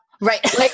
Right